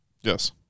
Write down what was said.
Yes